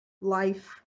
life